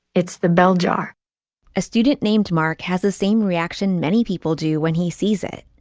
it's the bell jar a student named mark has the same reaction many people do when he sees it.